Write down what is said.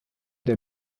der